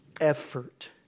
effort